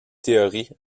théorie